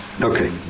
Okay